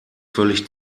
völlig